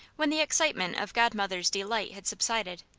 when the excitement of godmother's delight had subsided,